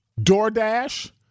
DoorDash